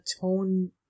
tone